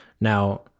Now